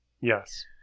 Yes